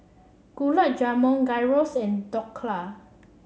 Gulab Jamun Gyros and Dhokla